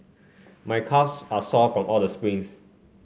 my calves are sore from all the sprints